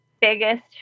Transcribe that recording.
biggest